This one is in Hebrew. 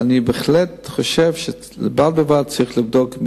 ואני בהחלט חושב שבד בבד צריך לבדוק,